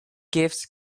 gifts